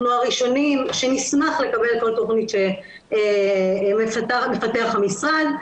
כמו הראשונים שנשמח לקבל כל תוכנית שיפתח המשרד,